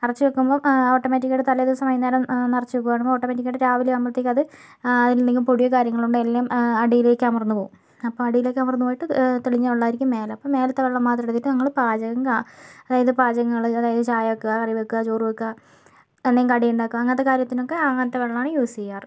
നിറച്ച് വയ്ക്കുമ്പോൾ ഓട്ടോമാറ്റിക്കായിട്ട് തലേ ദിവസം വയ്കുന്നേരം നിറച്ച് വയ്ക്കും അതാവുമ്പോൾ ഓട്ടോമാറ്റിക്കായിട്ട് രാവിലെ ആവുമ്പോഴത്തേക്ക് അത് എന്തെകിലും പൊടിയോ കാര്യങ്ങളോ ഉണ്ടെങ്കിൽ എല്ലാം അടിയിലേക്ക് അമര്ന്ന് പോകും അപ്പോൾ അടിയിലേക്ക് അമര്ന്ന് പോയിട്ട് തെളിഞ്ഞ വെള്ളമായിരിക്കും മേലെ അപ്പോൾ മേലത്തെ വെള്ളം മാത്രമെടുത്തിട്ട് ഞങ്ങള് പാചകം അതായത് പാചകങ്ങള് അതായത് ചായ വയ്ക്കുക കറി വയ്ക്കുക ചോറ് വയ്ക്കുക എന്തെങ്കിലും കടി ഉണ്ടാക്കുക അങ്ങനത്തെ കാര്യത്തിനൊക്കെ അങ്ങനത്തെ വെള്ളമാണ് യൂസ് ചെയ്യാറ്